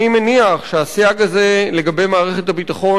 אני מניח שהסייג הזה לגבי מערכת הביטחון